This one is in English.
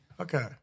Okay